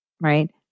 right